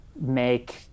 make